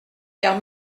car